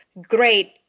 great